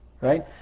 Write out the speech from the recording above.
Right